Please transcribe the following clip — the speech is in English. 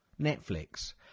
Netflix